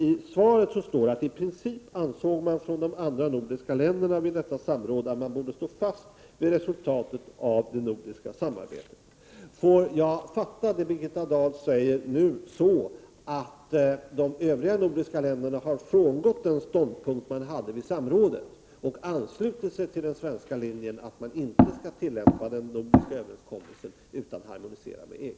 I svaret står att ”i princip ansåg man från de andra nordiska länderna vid detta samråd, att man borde stå fast vid resultatet av det nordiska samarbetet”. Får jag förstå det Birgitta Dahl nu säger så, att de övriga nordiska länderna har frångått den ståndpunkt man hade vid samrådet och anslutit sig till den svenska linjen att man inte skall tillämpa den nordiska överenskommelsen och i stället harmonisera med EG?